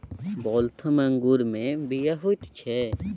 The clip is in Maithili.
वाल्थम अंगूरमे बीया होइत छै